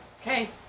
Okay